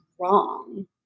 wrong